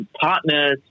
Partners